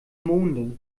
monde